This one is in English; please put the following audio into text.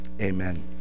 amen